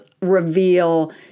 reveal